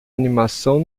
animação